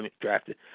drafted –